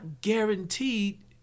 guaranteed